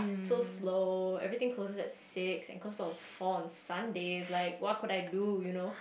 so slow everything closes at six and closes on four on Sundays like what could I do you know